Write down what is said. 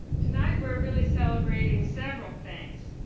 tonight we're really celebrating several things.